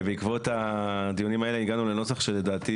בעקבות הדיונים האלה הגענו לנוסח שלדעתי